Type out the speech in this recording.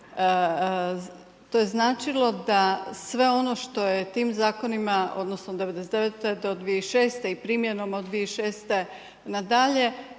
to je značilo da sve ono što je tim zakonima, odnosno 99. do 2006. i primjenom od 2006. nadalje